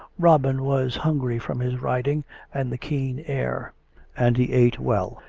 robin was hungry from his riding and the keen air and he ate well.